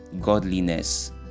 godliness